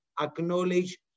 acknowledge